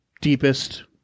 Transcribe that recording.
deepest